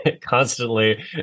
constantly